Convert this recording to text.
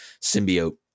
symbiote